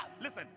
Listen